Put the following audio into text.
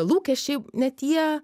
lūkesčiai ne tie